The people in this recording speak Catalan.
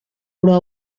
però